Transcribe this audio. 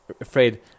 Afraid